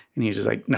and he's just like, no,